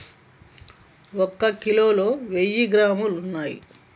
ఒక కిలోలో వెయ్యి గ్రాములు ఉన్నయ్